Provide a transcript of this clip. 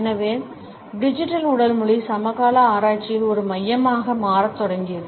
எனவே டிஜிட்டல் உடல் மொழி சமகால ஆராய்ச்சியில் ஒரு மையமாக மாறத் தொடங்கியது